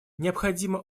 необходимо